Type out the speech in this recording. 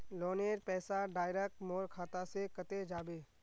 लोनेर पैसा डायरक मोर खाता से कते जाबे?